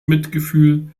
mitgefühl